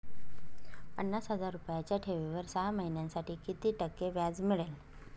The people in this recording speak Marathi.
पन्नास हजार रुपयांच्या ठेवीवर सहा महिन्यांसाठी किती टक्के व्याज मिळेल?